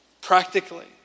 Practically